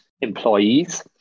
employees